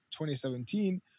2017